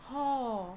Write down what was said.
哦